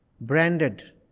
branded